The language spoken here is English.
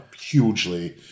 hugely